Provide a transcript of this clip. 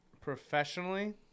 professionally